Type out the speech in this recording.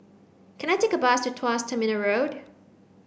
can I take a bus to Tuas Terminal Road